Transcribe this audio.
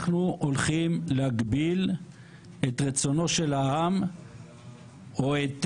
אנחנו הולכים להגביל את רצונו של העם או את